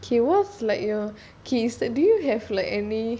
he was like you know do you have like any